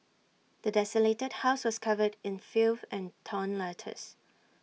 the desolated house was covered in filth and torn letters